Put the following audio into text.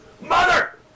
Mother